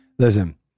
Listen